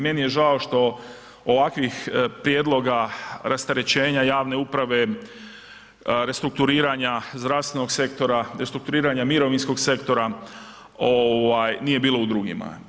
Meni je žao što ovakvih prijedloga rasterećenja javne uprave, restrukturiranja zdravstvenog sektora, restrukturiranja mirovinskog sektora nije bilo u drugima.